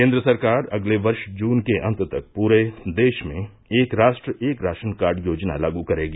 केन्द्र सरकार अगले वर्ष जून के अंत तक पूरे देश में एक राष्ट्र एक राशन कार्ड योजना लागू करेगी